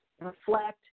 reflect